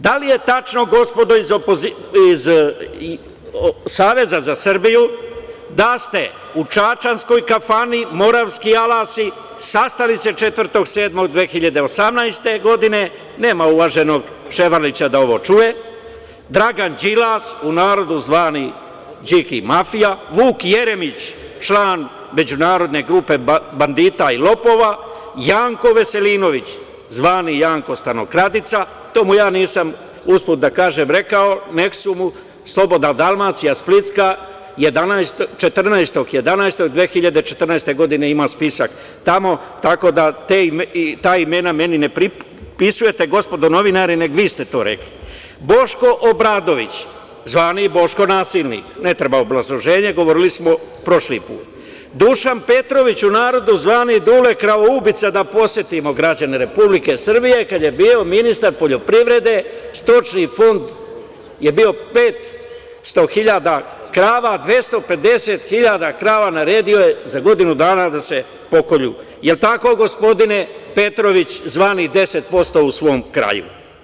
Da li je tačno, gospodo iz Saveza za Srbiju, da ste u čačanskoj kafani "Moravski alasi" sastali se 4. 07. 2018. godine, nema uvaženog Ševarlića da ovo čuje, Dragan Đilas, u narodu zvani "Điki mafija", Vuk Jeremić, član međunarodne grupe bandita i lopova, Janko Veselinović, zvani "Janko stanokradica", to mu ja nisam, usput da kažem, rekao nego mu je "Slobodna Dalmacija" splitska 14. 11. 2014. godine, ima spisak tamo, tako da ta imena meni ne prepisujete, gospodo novinari, Boško Obradović, zvani "Boško nasilnik", ne treba obrazloženje, govorili smo prošli put, Dušan Petrović, u narodu zvani "Dule kravoubica", da podsetimo građane Republike Srbije, kad je bio ministar poljoprivrede, stočni fond je bio 500 hiljada krava, 250 hiljada krava naredio je za godinu dana da se pokolju - jel tako, gospodine Petrović, zvani 10% u svom kraju?